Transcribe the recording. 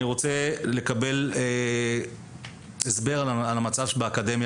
אני רוצה לקבל הסבר על המצב באקדמיה